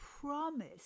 promise